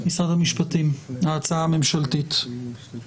דורנר התייחסה לזה והממשלה אימצה את מסקנותיה בשנת